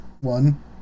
one